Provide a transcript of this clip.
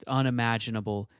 unimaginable